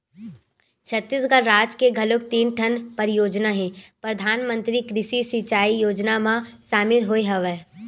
छत्तीसगढ़ राज के घलोक तीन ठन परियोजना ह परधानमंतरी कृषि सिंचई योजना म सामिल होय हवय